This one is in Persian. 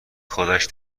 خودش